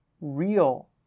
real